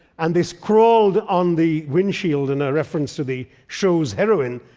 and they scrawled on the windshield in a reference to the show's heroine,